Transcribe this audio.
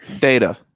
Data